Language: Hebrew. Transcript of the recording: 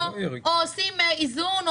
או עושים איזון,